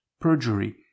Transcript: perjury